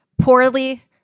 poorly